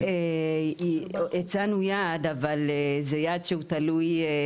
אבל עדיין יש ייצוג.